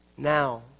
Now